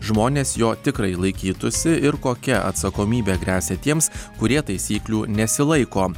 žmonės jo tikrai laikytųsi ir kokia atsakomybė gresia tiems kurie taisyklių nesilaiko